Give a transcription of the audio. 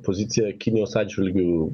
poziciją kinijos atžvilgiu